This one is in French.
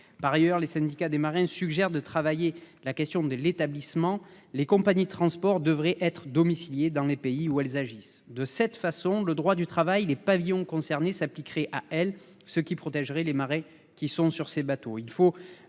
Par ailleurs, les syndicats des marins suggèrent de travailler la question de l'établissement. Les compagnies de transport devraient être domiciliées dans les pays où elles agissent. De cette façon, le droit du travail s'appliquerait à elles, ce qui protégerait les marins sur ces bateaux.